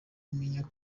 kumenya